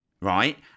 right